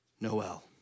Noel